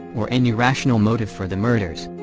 or any rational motive for the murders.